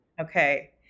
Okay